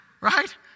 Right